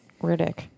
Riddick